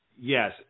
yes